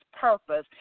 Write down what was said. purpose